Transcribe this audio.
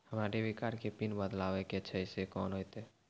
हमरा debit card के PIN बदलबावै के छैं से कौन होतै?